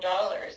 dollars